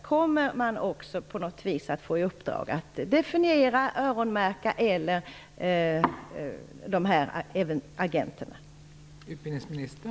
Kommer man även att få i uppdrag att definiera eller öronmärka dessa agenter?